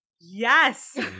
Yes